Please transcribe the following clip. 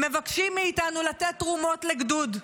מבקשים מאיתנו לתת תרומות לגדוד,